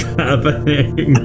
happening